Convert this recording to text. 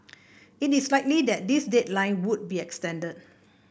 it is likely that this deadline would be extended